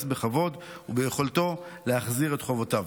בכבוד וביכולתו להחזיר את חובותיו.